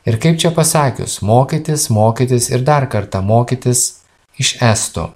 ir kaip čia pasakius mokytis mokytis ir dar kartą mokytis iš estų